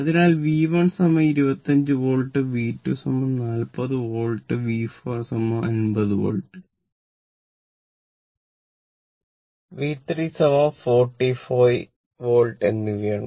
അതിനാൽ V1 25 volt V2 40 volt V4 50 volt V3 45 volt എന്നിവയാണ്